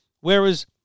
Whereas